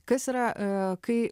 kas yra kai